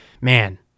man